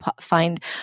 find